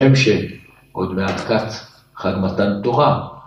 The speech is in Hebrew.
הם שעוד מעט קט, חג מתן תורה